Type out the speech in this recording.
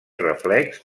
reflex